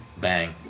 Bang